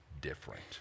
different